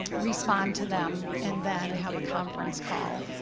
respond to them, and then have a conference call,